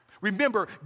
Remember